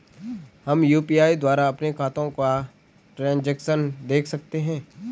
हम यु.पी.आई द्वारा अपने खातों का ट्रैन्ज़ैक्शन देख सकते हैं?